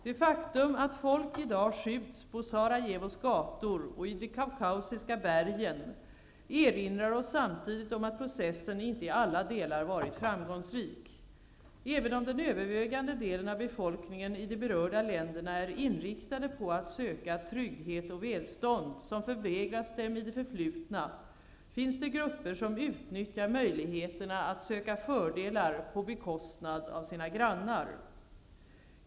Det faktum att folk i dag skjuts på Sarajevos gator och i de kaukasiska bergen erinrar oss samtidigt om att processen inte i alla delar varit framgångsrik. Även om den övervägande delen av befolkningen i de berörda länderna är inriktad på att söka trygghet och välstånd, som förvägrats den i det förflutna, finns det grupper som utnyttjar möjligheterna att söka fördelar på bekostnad av sina grannar.